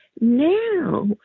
now